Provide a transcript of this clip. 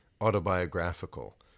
autobiographical